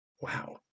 Wow